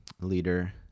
leader